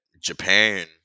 Japan